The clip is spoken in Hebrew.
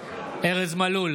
ארז מלול,